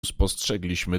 spostrzegliśmy